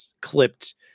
clipped